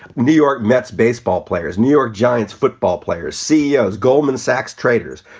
new york mets, baseball players, new york giants football players, ceos, goldman sachs traders,